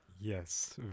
Yes